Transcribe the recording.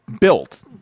built